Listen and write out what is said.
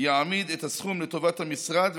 יעמיד את הסכום לטובת המשרד,